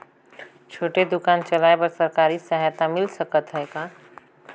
छोटे दुकान चलाय बर सरकारी सहायता मिल सकत हे का?